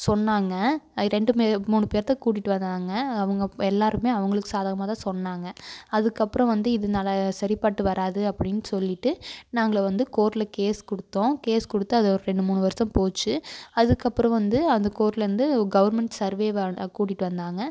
சொன்னாங்க ரெண்டு மே மூணு பேர்த்தை கூட்டிகிட்டு வந்தாங்க அவங்க எல்லாேருமே அவங்களுக்கு சாதகமாக தான் சொன்னாங்க அதுக்கப்புறம் வந்து இதனால சரிப்பட்டு வராது அப்படின்னு சொல்லிவிட்டு நாங்கள் வந்து கோர்ட்டில் கேஸ் கொடுத்தோம் கேஸ் கொடுத்து அது ஒரு ரெண்டு மூணு வருஷம் போச்சு அதுக்கப்புறம் வந்து அந்த கோர்ட்லிருந்து கவர்மெண்ட் சர்வேவ் ஆளை கூட்டிகிட்டு வந்தாங்க